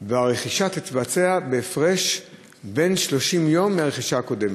והרכישה תתבצע בהפרש בן 30 יום מהרכישה הקודמת.